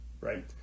right